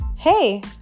Hey